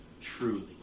Truly